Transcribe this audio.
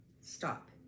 stop